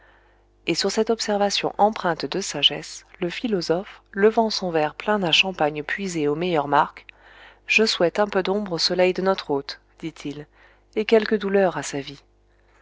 et sur cette observation empreinte de sagesse le philosophe levant son verre plein d'un champagne puisé aux meilleures marques je souhaite un peu d'ombre au soleil de notre hôte ditil et quelques douleurs à sa vie